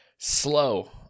Slow